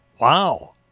Wow